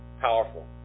Powerful